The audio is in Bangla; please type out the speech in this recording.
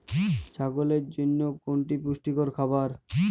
ছাগলের জন্য কোনটি পুষ্টিকর খাবার?